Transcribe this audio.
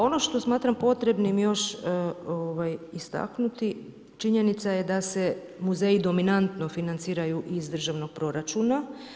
Ono što smatram potrebnim još istaknuti, činjenica je da se muzeji dominantno financiraju iz državnog proračuna.